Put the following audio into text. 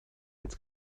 its